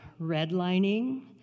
redlining